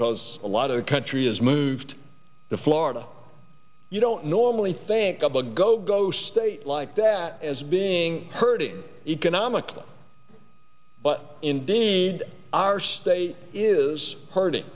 because a lot of the country has moved to florida you don't normally think of a go go state like that as being hurting economically but in the need our state is hurting